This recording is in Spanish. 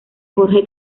jorge